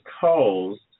caused